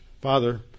Father